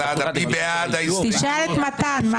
תשאל את מתן.